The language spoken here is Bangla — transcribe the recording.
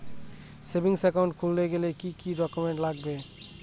সেভিংস একাউন্ট খুলতে গেলে কি কি ডকুমেন্টস লাগবে?